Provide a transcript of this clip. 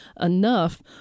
enough